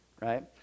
right